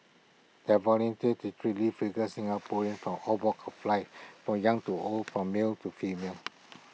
their volunteers literally figure Singaporeans for all walks of life for young to old for male to female